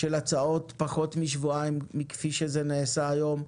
של הצעות פחות משבועיים כפי שזה נעשה היום,